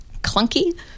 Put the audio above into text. clunky